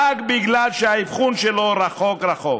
רק בגלל שהאבחון שלו רחוק רחוק.